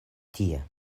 tie